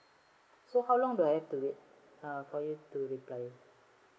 so how long do I have to wait uh for you to reply